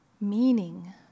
meaning